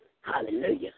Hallelujah